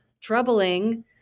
troubling